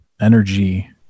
energy